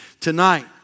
tonight